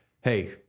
hey